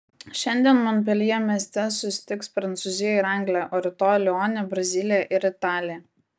šiandien monpeljė mieste susitiks prancūzija ir anglija o rytoj lione brazilija ir italija